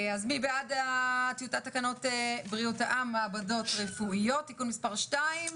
מי בעד טיוטת תקנות בריאות העם (מעבדות רפואיות) (תיקון מס' 2)?